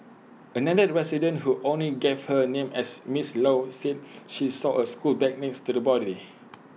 another resident who only gave her name as miss low said she saw A school bag next to the body